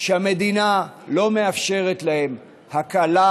שהמדינה לא מאפשרת להם הקלה,